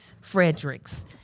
Fredericks